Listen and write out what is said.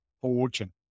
fortune